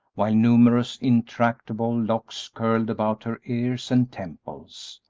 while numerous intractable locks curled about her ears and temples,